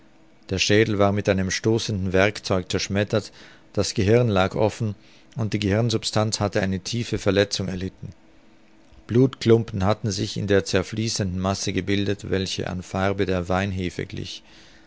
der schädel war mit einem stoßenden werkzeug zerschmettert das gehirn lag offen und die gehirnsubstanz hatte eine tiefe verletzung erlitten blutklumpen hatten sich in der zerfließenden masse gebildet welche an farbe der weinhefe glich